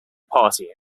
party